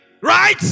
right